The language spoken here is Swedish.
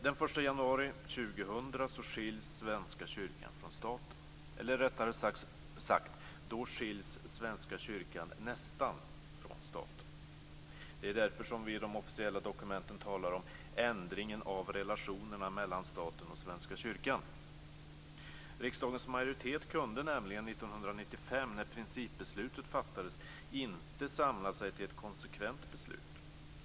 Den 1 januari 2000 skiljs Svenska kyrkan från staten - eller rättare sagt: Då skiljs Svenska kyrkan nästan från staten. Det är därför som vi i de officiella dokumenten talar om ändringen av relationerna mellan staten och Svenska kyrkan. Riksdagens majoritet kunde nämligen 1995, när principbeslutet fattades, inte samla sig till ett konsekvent beslut.